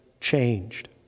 changed